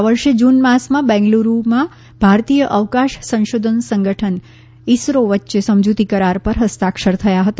આ વર્ષે જૂન માસમાં બેંગ્લૂરૂમાં ભારતીય અવકાશ સંશોધન સંગઠન ઇસરો વચ્ચે સમજૂતી કરાર પર હસ્તાક્ષર થયા હતા